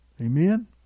Amen